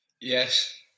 Yes